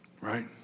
Right